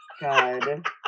God